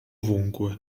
ovunque